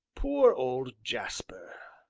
poor old jasper!